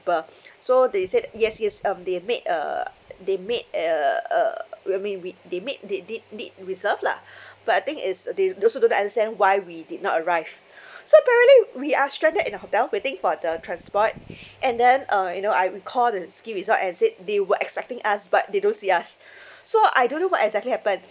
so they said yes yes um they made uh they made uh uh I mean we they made they did did reserve lah but the thing is uh they also don't understand why we did not arrive so apparently we are stranded in the hotel waiting for the transport and then uh you know I would call the ski resort and said they were expecting us but they don't see us so I don't know what exactly happened